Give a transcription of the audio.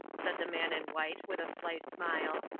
said the man in white, with a slight smile.